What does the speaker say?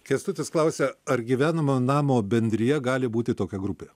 kęstutis klausia ar gyvenamo namo bendrija gali būti tokia grupė